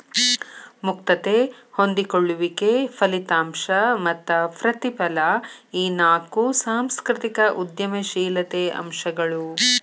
ಮುಕ್ತತೆ ಹೊಂದಿಕೊಳ್ಳುವಿಕೆ ಫಲಿತಾಂಶ ಮತ್ತ ಪ್ರತಿಫಲ ಈ ನಾಕು ಸಾಂಸ್ಕೃತಿಕ ಉದ್ಯಮಶೇಲತೆ ಅಂಶಗಳು